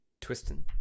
Twisting